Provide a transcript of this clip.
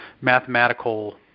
mathematical